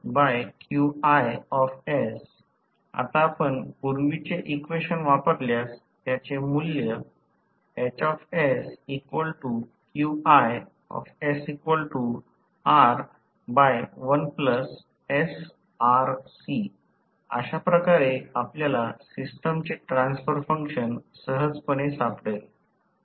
आता आपण पूर्वीचे इक्वेशन वापरल्यास त्याचे मूल्य अशा प्रकारे आपल्याला सिस्टमचे ट्रान्सफर फंक्शन सहजपणे सापडेल